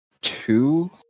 two